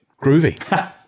Groovy